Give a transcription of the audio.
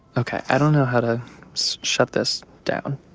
ok. i don't know how to shut this down.